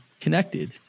connected